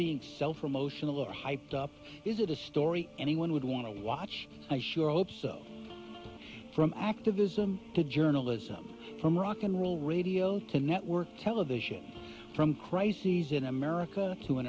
being self promotion a little hyped up is it a story anyone would want to watch i sure hope so from activism to journalism from rock n roll radio to network television from crises in america to an